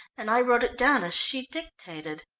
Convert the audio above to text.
and i wrote it down as she dictated.